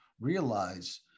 realize